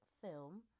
film